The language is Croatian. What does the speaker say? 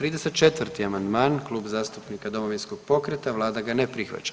34. amandman Klub zastupnika Domovinskog pokreta, Vlada ga ne prihvaća.